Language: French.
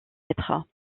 être